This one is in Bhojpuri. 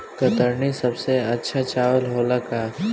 कतरनी सबसे अच्छा चावल होला का?